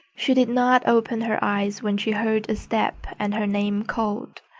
she did not open her eyes when she heard a step and her name called.